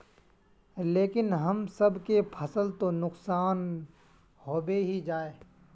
लेकिन हम सब के फ़सल तो नुकसान होबे ही जाय?